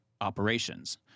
operations